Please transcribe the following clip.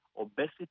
obesity